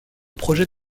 projet